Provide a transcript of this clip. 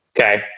Okay